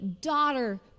daughter